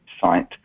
site